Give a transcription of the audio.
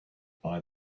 buy